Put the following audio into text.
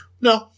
No